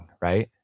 right